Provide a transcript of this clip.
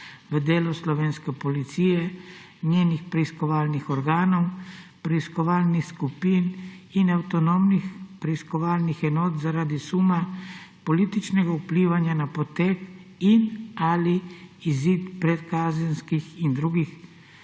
v delo slovenske policije, njenih preiskovalnih organov, preiskovalnih skupin in avtonomnih preiskovalnih enot zaradi suma političnega vplivanja na potek in/ali izid predkazenskih in drugih